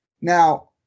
Now